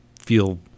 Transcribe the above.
feel